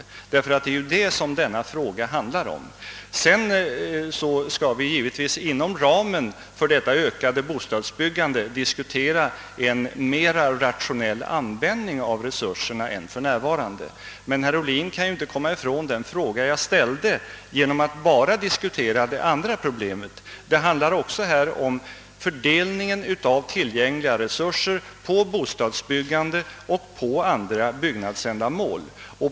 Sedan bör vi givetvis diskutera en mera rationell användning av resurserna inom ramen för detta ökade bostadsbyggande, men herr Ohlin kan inte komma ifrån den fråga jag ställde genom att bara diskutera det andra problemet. Det handlar också om fördelningen av tillgängliga resurser mellan bostadsbyggandet och andra byggnadsändamål.